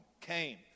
came